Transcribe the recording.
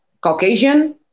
Caucasian